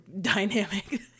dynamic